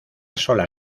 sola